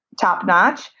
top-notch